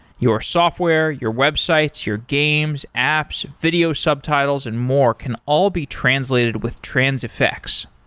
your software, your websites, your games, apps, video subtitles and more can all be translated with transifex.